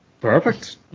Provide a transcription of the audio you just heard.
perfect